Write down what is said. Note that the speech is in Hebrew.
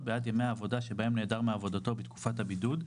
בעד ימי העבודה שבהם נעדר מעבודתו בתקופת הבידוד,